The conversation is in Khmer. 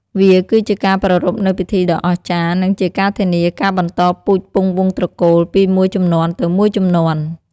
វាគឺជាការប្រារព្ធនូវពិធីដ៏អស្ចារ្យ និងជាការធានាការបន្តពូជពង្សវង្សត្រកូល ពីមួយជំនាន់ទៅមួយជំនាន់។